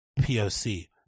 poc